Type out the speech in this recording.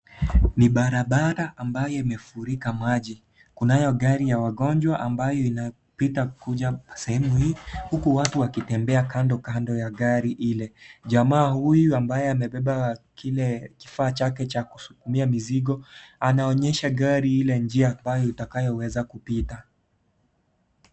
Ni barabara ambayo imefurika maji, kunayo gari ya wagonjwa ambayo inapita kuja sehemu hii huku watu wakipita kandokando ya gari ile, jamaa huyu ambaye amebeba kile kifaa chake cha kusukumia mizigo anaonyesha gari ile njia ambayo itakayoweza kupita.